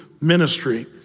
ministry